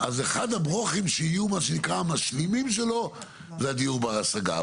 אז אחד הברוכים שיהיו מה שנקרא משלימים שלו זה הדיור בר השגה.